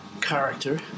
character